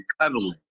cuddling